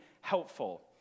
helpful